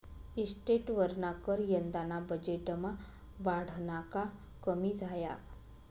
इस्टेटवरना कर यंदाना बजेटमा वाढना का कमी झाया?